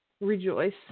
rejoice